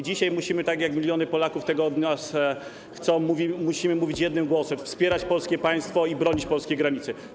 Dzisiaj musimy, tak jak miliony Polaków tego od nas chcą, mówić jednym głosem, wspierać polskie państwo i bronić polskiej granicy.